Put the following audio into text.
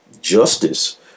justice